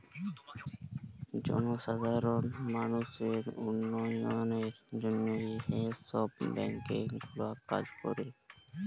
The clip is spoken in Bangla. জলসাধারল মালুসের উল্ল্যয়লের জ্যনহে হাঁ ছব ব্যাংক গুলা কাজ ক্যরে